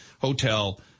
hotel